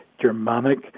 Germanic